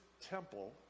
temple